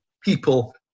people